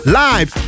live